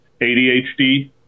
ADHD